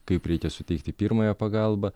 kaip reikia suteikti pirmąją pagalbą